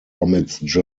unit